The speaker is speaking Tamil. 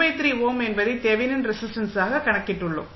13 ஓம் என்பதை தெவெனின் ரெசிஸ்டன்ஸாக கணக்கிட்டுள்ளோம்